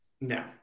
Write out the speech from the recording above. No